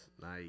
Nice